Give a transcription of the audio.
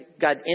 God